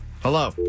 Hello